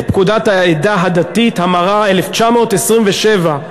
פקודת העדה הדתית (המרה), 1927,